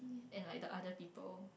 and like the other people